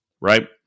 Right